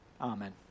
Amen